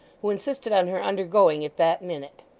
who insisted on her undergoing it that minute.